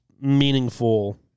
meaningful